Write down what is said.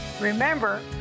Remember